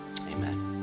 Amen